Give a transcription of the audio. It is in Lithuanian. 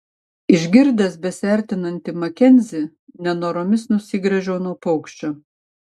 išgirdęs besiartinantį makenzį nenoromis nusigręžiau nuo paukščio